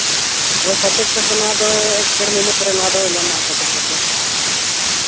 ᱦᱳᱭ ᱥᱟᱨᱴᱚᱯᱷᱤᱠᱮᱴ ᱫᱚ ᱱᱚᱣᱟ ᱫᱚ ᱮᱠ ᱰᱮᱲ ᱢᱟᱹᱦᱱᱟᱹ ᱯᱚᱨᱮ ᱱᱚᱣᱟ ᱫᱚ ᱧᱟᱢᱚᱜᱼᱟ ᱥᱟᱨᱴᱚᱯᱷᱤᱠᱮᱴ ᱫᱚ